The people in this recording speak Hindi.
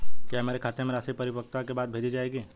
क्या मेरे खाते में राशि परिपक्वता के बाद भेजी जाएगी?